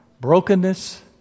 brokenness